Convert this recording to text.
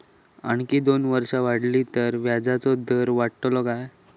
आणखी दोन वर्षा वाढली तर व्याजाचो दर वाढतलो काय?